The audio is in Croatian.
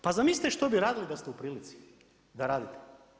Pa zamislite što bi radili da ste u prilici da radite?